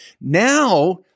Now